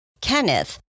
Kenneth